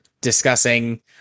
discussing